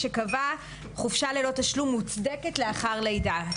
שקבע חופשה ללא תשלום מוצדקת לאחר לידה,